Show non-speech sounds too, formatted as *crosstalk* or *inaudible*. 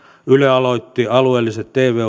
yle aloitti alueelliset tv *unintelligible*